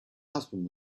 husband